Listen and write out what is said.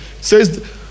says